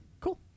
Cool